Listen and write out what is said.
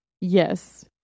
Yes